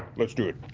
let's do it.